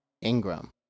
ingram